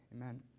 Amen